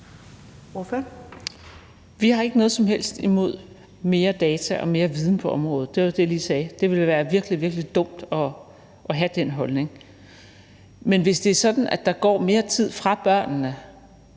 (DF): Vi har ikke noget som helst imod mere data og mere viden på området. Det var også det, jeg lige sagde. Det ville jo være virkelig, virkelig dumt at have den holdning. Men hvis det er sådan, at der går mere tid fra børnene,